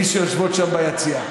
מי שיושבות שם ביציע,